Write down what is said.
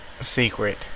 secret